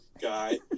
guy